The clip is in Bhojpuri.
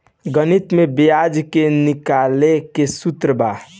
गणित में ब्याज के निकाले के सूत्र बा